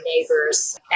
neighbors